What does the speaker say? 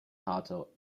hotel